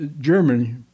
Germany